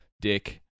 dick